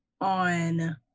on